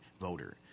voter